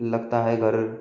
लगता है घर